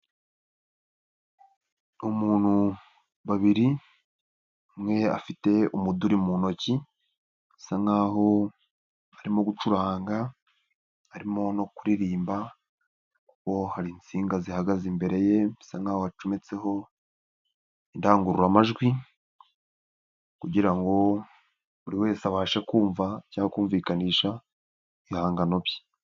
Umuntu babiri, umwe afite umuduri mu ntoki asa nk'aho arimo gucuranga arimo no kuririmba kuko hari insinga zihagaze imbere ye bisa nk'aho hacometseho indangururamajwi kugira ngo buri wese abashe kumva cyangwa kumvikanisha ibihangano bye.